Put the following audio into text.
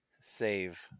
save